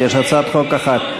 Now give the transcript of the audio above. כי יש הצעת חוק אחת.